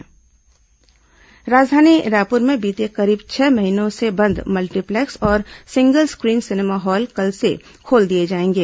Raipur cinema hall राजधानी रायपुर में बीते करीब छह महीनों से बंद मल्टीप्लेक्स और सिंगल स्क्रीन सिनेमा हॉल कल से खोल दिए जाएंगे